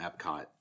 Epcot